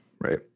right